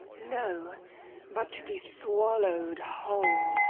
no but to be swallowed whole!